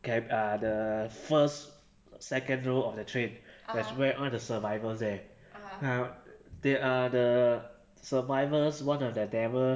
ca~ uh err the first second row of the train that's where all the survivors there !huh! they uh the survivors one of the devil